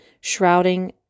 shrouding